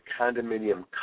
condominium